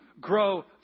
grow